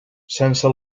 sense